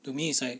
to me it's like